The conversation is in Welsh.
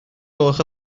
gwelwch